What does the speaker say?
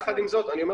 יחד עם זאת, אני אומר